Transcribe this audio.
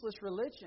religion